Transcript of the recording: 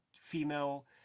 female